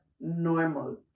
normal